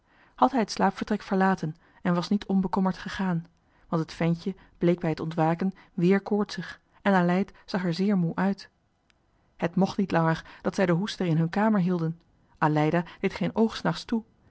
hij het slaapvertrek verlaten niet onbekommerd want het ventje bleek bij het ontwaken wéér koortsig en aleid zag er zéér moe uit het mocht niet langer dat zij den hoester in hunne kamer hielden aleida deed geen oog s nachts toe